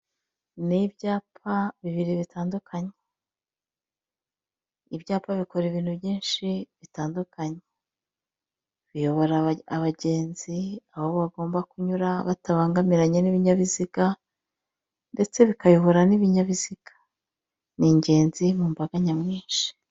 Ni byapa bibiri bitandukanye, ibyapa bikora ibintu byinshi bitandukanye, biyobora abagenzi aho bagomba kunyura batabangamiranye n'ibinyabiziga ndetse bikayobora n'ibinyabiziga, ni ingenzi mu mbaga nyamwinshi.